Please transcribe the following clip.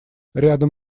рядом